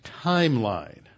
timeline